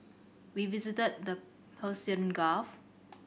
we visited the Persian Gulf